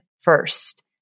first